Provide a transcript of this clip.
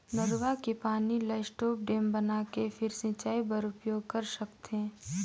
नरूवा के पानी ल स्टॉप डेम बनाके फेर सिंचई बर उपयोग कर सकथे